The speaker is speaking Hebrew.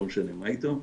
לא משנה מה איתו,